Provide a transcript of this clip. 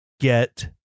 get